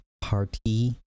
party